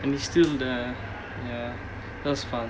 and it's still there ya that was fun